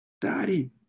Daddy